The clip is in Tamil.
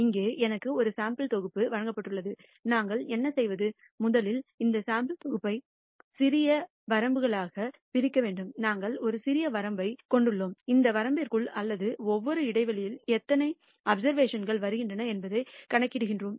இங்கே எனக்கு ஒரு சாம்பிள் தொகுப்பு வழங்கப்பட்டுள்ளது நாங்கள் என்ன செய்வது முதலில் இந்த சாம்பிள் தொகுப்பை சிறிய வரம்புகளாக பிரிக்க வேண்டும் நாங்கள் ஒரு சிறிய வரம்பைக் கொண்டுள்ளோம் அந்த வரம்பிற்குள் அல்லது ஒவ்வொரு இடைவெளியில் எத்தனை அப்சர்வேஷன்கள் வருகின்றன என்பதைக் கணக்கிடுகிறோம்